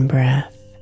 breath